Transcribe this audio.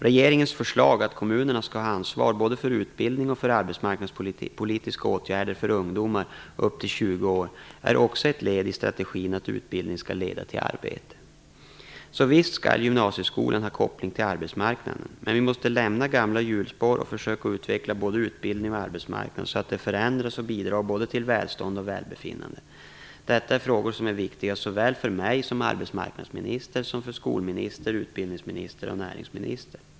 Regeringens förslag att kommunerna skall ha ansvar både för utbildning och arbetsmarknadspolitiska åtgärder för ungdomar upp till 20 års ålder är också ett led i strategin att utbildning skall leda till arbete. Så visst skall gymnasieskolan ha koppling till arbetsmarknaden. Men vi måste lämna gamla hjulspår och försöka utveckla både utbildning och arbetsmarknad så att de förändras och bidrar både till välstånd och välbefinnande. Detta är frågor som är viktiga såväl för mig som arbetsmarknadsminister som för skolministern, utbildningsministern och näringsministern.